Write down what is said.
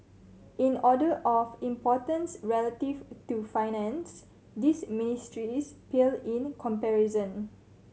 in order of importance relative to Finance these ministries pale in comparison